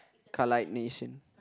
car like nation